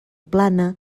plana